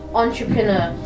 entrepreneur